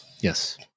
Yes